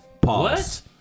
Pause